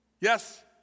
Yes